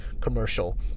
commercial